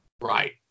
Right